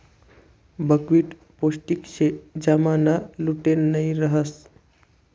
buckwheat पोष्टिक शे ज्यानामा ग्लूटेन नयी रहास